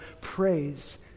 praise